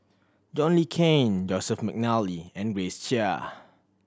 John Le Cain Joseph McNally and Grace Chia